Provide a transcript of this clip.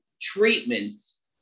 treatments